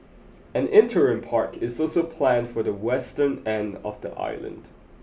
an interim park is also planned for the western end of the island